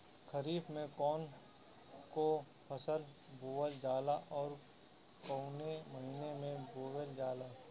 खरिफ में कौन कौं फसल बोवल जाला अउर काउने महीने में बोवेल जाला?